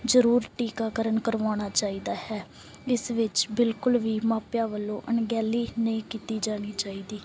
ਜ਼ਰੂਰ ਟੀਕਾਕਰਨ ਕਰਵਾਉਣਾ ਚਾਹੀਦਾ ਹੈ ਇਸ ਵਿੱਚ ਬਿਲਕੁਲ ਵੀ ਮਾਪਿਆਂ ਵੱਲੋਂ ਅਣਗਹਿਲੀ ਨਹੀਂ ਕੀਤੀ ਜਾਣੀ ਚਾਹੀਦੀ